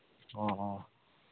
ꯑꯣ